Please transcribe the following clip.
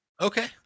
Okay